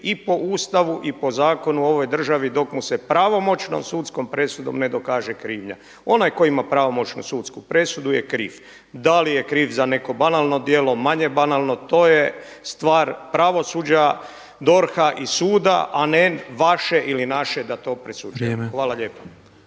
i po Ustavu i po zakonu u ovoj državi dok mu se pravomoćnom sudskom presudom ne dokaže krivnja. Onaj tko ima pravomoćnu sudsku presudu je kriv. Da li je kriv za neko banalno djelo, manje banalno to je stvar pravosuđa, DORH-a i suda, a ne vaše ili naše da to presuđujemo. Hvala lijepo.